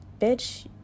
bitch